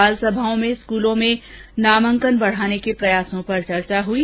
बाल सभाओं में स्कूलों में नामांकन बढाने के प्रयासों पर चर्चा हई